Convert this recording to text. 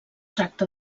tracta